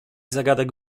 zagadek